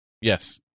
yes